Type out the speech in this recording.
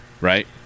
right